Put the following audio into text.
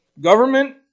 government